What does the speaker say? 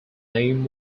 name